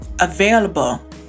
available